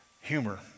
humor